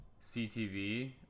CTV